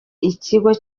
ikigo